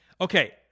Okay